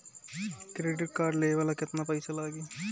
Credit card लेवे ला केतना पइसा लागी?